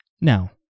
Now